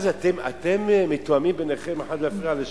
מה זה, אתם מתואמים ביניכם להפריע אחד לשני?